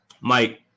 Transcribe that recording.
mike